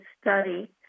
study